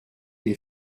des